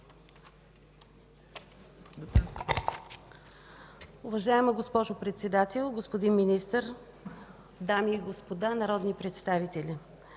Уважаема госпожо Председател, господин Министър, дами и господа народни представители!